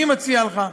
אני מציע לך,